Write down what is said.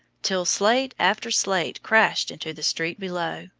till slate after slate crashed into the street below,